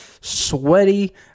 sweaty